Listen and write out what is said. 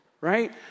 right